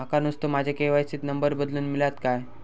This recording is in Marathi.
माका नुस्तो माझ्या के.वाय.सी त नंबर बदलून मिलात काय?